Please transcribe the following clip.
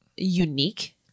unique